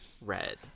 Red